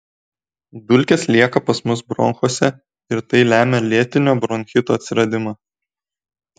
dulkės lieka pas mus bronchuose ir tai lemia lėtinio bronchito atsiradimą